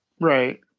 Right